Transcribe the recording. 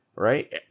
Right